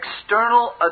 external